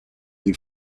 you